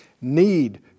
need